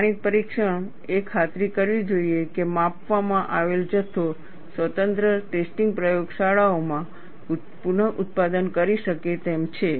પ્રમાણિત પરીક્ષણ એ ખાતરી કરવી જોઈએ કે માપવામાં આવેલ જથ્થો સ્વતંત્ર ટેસ્ટિંગ પ્રયોગશાળાઓમાં પુનઃઉત્પાદન કરી શકે તેમ છે